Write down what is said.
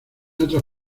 otras